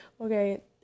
Okay